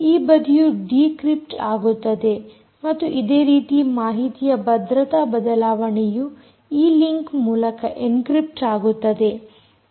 ಈ ಬದಿಯು ಡಿಕ್ರಿಪ್ಟ್ ಆಗುತ್ತದೆ ಮತ್ತು ಇದೇ ರೀತಿ ಮಾಹಿತಿಯ ಭದ್ರತಾ ಬದಲಾವಣೆಯು ಈ ಲಿಂಕ್ ಮೂಲಕ ಎನ್ಕ್ರಿಪ್ಟ್ ಆಗುತ್ತದೆ